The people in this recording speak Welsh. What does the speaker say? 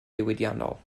diwydiannol